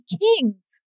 kings